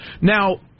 Now